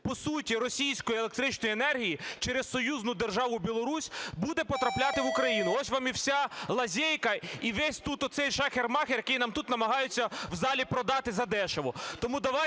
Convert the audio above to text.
по суті російської електричної енергії, через союзну державу Білорусь буде потрапляти в Україну. Ось вам і вся лазейка, і весь тут оцей "шахер-махер", який нам тут намагаються в залі продати за дешево.